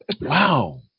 Wow